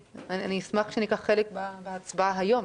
אשמח שניקח חלק בהצבעה היום.